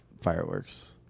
fireworks